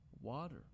water